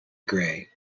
gray